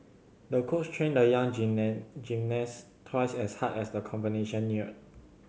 the coach trained the young gymnast twice as hard as the combination neared